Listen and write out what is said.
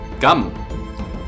Come